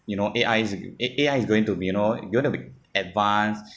you know A_I is A_I is going to be you know you want to be advanced